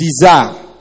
desire